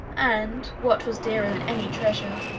and, what was dearer than any treasure,